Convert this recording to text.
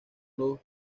los